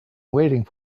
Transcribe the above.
waiting